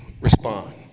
respond